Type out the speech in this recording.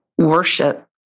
worship